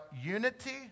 unity